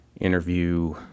interview